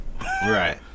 Right